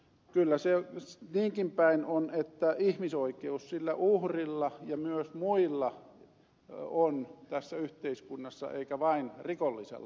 kyllä se niinkinpäin on että ihmisoikeudet on sillä uhrilla ja myös muilla tässä yhteiskunnassa eikä vain rikollisella